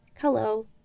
Hello